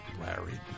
Larry